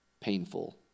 painful